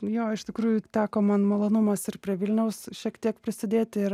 jo iš tikrųjų teko man malonumas ir prie vilniaus šiek tiek prisidėti ir